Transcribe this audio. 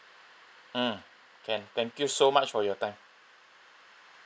mm can thank you so much for your time